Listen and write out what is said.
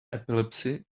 epilepsy